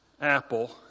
Apple